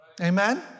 Amen